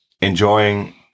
enjoying